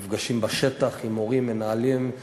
מפגשים בשטח עם מורים, מנהלים,